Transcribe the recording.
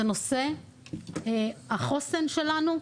זה נושא החוסן שלנו,